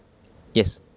yes